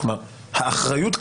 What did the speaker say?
האחריות קיימת.